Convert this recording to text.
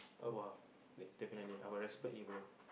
!wow! definitely I will respect you bro